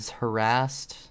harassed